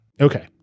Okay